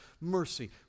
mercy